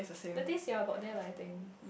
the taste ya about there lah I think